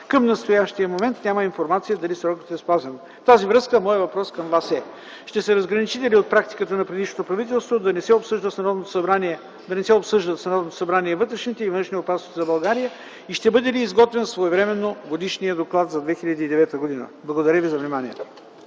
Към настоящия момент няма информация дали срокът е спазен. В тази връзка моят въпрос към Вас е: ще се разграничите ли от практиката на предишното правителство да не се обсъждат в Народното събрание вътрешните и външните опасности за България и ще бъде ли изготвен своевременно годишният доклад за 2009 г.? Благодаря Ви за вниманието.